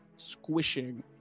squishing